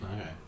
Okay